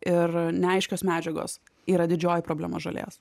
ir neaiškios medžiagos yra didžioji problema žolės